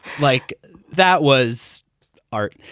like that was art.